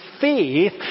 faith